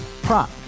Prop